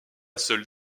seule